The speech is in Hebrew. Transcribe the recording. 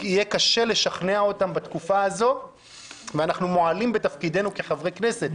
יהיה קשה לשכנע אותם בתקופה הזאת ואנחנו מועלים בתפקידנו כחברי כנסת,